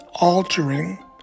altering